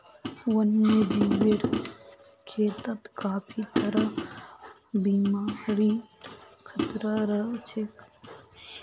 वन्यजीवेर खेतत काफी तरहर बीमारिर खतरा रह छेक